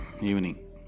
evening